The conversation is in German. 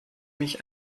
mich